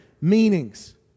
meanings